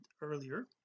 earlier